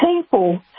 people